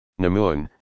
Namun